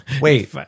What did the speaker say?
Wait